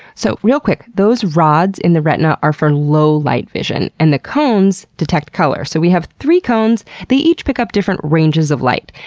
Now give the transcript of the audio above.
so real quick, those rods in the retina are for low light vision, and the cones detect color. so we have three cones that each pick up different ranges of light.